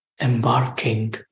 embarking